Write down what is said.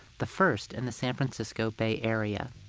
the first in the san francisco bay area.